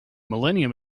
millennium